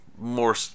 more